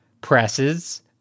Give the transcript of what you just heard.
presses